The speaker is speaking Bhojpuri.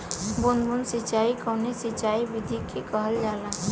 बूंद बूंद सिंचाई कवने सिंचाई विधि के कहल जाला?